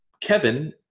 Kevin